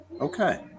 Okay